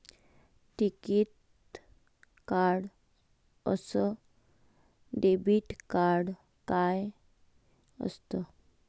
टिकीत कार्ड अस debit card काय असत?